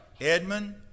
Edmund